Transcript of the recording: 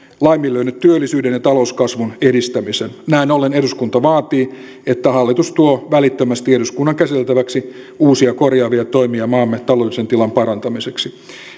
laiminlyönyt työllisyyden ja talouskasvun edistämisen näin olleen eduskunta vaatii että hallitus tuo välittömästi eduskunnan käsiteltäväksi uusia korjaavia toimia maamme taloudellisen tilan parantamiseksi